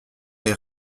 les